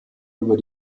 über